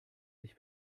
sich